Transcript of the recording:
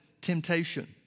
temptation